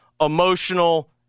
emotional